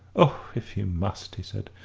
oh, if you must! he said,